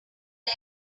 air